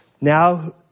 now